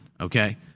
okay